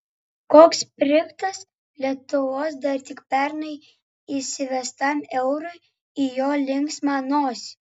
koks sprigtas lietuvos dar tik pernai įsivestam eurui į jo linksmą nosį